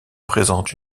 présente